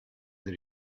that